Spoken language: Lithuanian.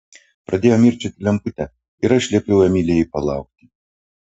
pradėjo mirkčioti lemputė ir aš liepiau emilijai palaukti